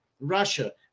Russia